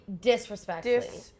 disrespectfully